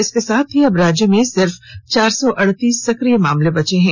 इसके साथ ही अब राज्य में सिर्फ चार सौ अड़तीस सक्रिय मामले बचे हैं